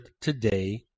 today